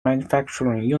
manufacturing